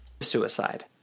Suicide